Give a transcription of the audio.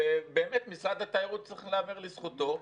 ובאמת, משרד התיירות, צריך להיאמר לזכותו,